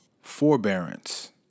forbearance